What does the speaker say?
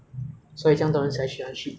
ah 我的事业在这里